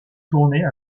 tournées